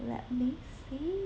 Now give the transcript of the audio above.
let me see